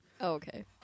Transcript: Okay